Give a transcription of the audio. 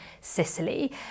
Sicily